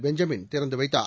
Benjamin திறந்து வைத்தார்